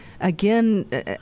again